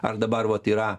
ar dabar vat yra